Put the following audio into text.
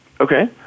Okay